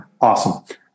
Awesome